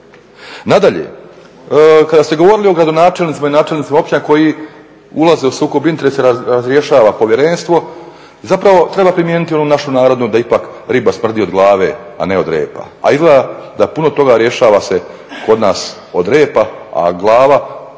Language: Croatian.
Nadalje, kada ste govorili o gradonačelnicima i načelnicima općina koji ulaze u sukob interesa i razrješava povjerenstvo zapravo treba primijeniti onu našu narodnu da ipak "Riba smrdi od glave, a ne od repa", a izgleda se puno toga rješava se kod nas od repa, a glava